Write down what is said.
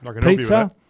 pizza